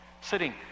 sitting